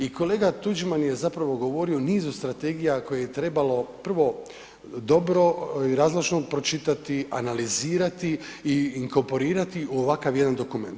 I kolega Tuđman je zapravo govorio o nizu strategija koje je trebalo prvo dobro i razložno pročitati, analizirati i inkorporirati u ovakav jedan dokument.